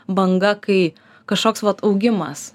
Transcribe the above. banga kai kažkoks vat augimas